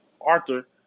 Arthur